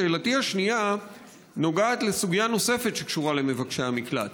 שאלתי השנייה נוגעת לסוגיה נוספת שקשורה למבקשי המקלט.